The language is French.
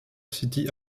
city